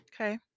Okay